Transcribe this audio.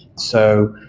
so,